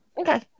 Okay